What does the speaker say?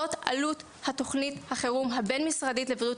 זאת עלות תוכנית החירום הבין-משרדית לבריאות